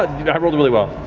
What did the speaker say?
ah i rolled it really well.